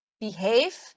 behave